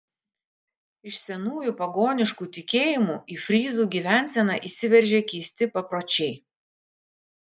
iš senųjų pagoniškų tikėjimų į fryzų gyvenseną įsiveržė keisti papročiai